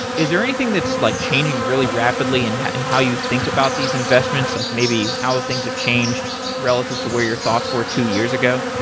is there anything that's like changing really rapidly and and how you think about these investments? like maybe how things have changed relative to where your thoughts were two years ago?